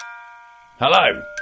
Hello